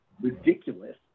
ridiculous